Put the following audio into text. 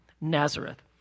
Nazareth